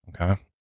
Okay